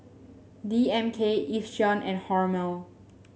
D M K Yishion and Hormel